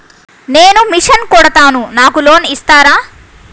నేను మిషన్ కుడతాను నాకు లోన్ ఇస్తారా?